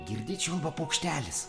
girdi čiulba paukštelis